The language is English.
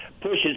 pushes